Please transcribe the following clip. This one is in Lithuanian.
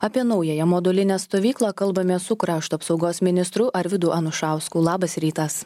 apie naująją modulinę stovyklą kalbamės su krašto apsaugos ministru arvydu anušausku labas rytas